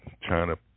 China